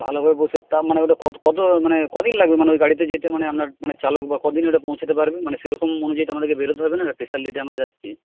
ভালো করে বসে তার মানে ওটা কত মানে কদিন লাগবে মানে ওই গাড়িতে যেতে মানে আপনার মানে চালক বা কদিনে ওটা পৌঁছোতে পারবে মানে সেরকম অনুযায়ী তো আমাদেরকে বেরোতে হবে না স্পেশাল ডেটে আমরা যাচ্ছি